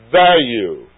value